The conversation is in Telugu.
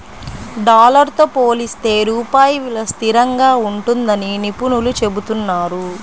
డాలర్ తో పోలిస్తే రూపాయి విలువ స్థిరంగా ఉంటుందని నిపుణులు చెబుతున్నారు